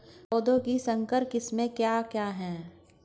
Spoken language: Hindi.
पौधों की संकर किस्में क्या क्या हैं?